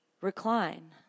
recline